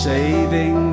Saving